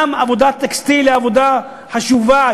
גם עבודת טקסטיל היא עבודה חשובה.